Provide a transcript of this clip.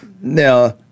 Now